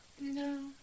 No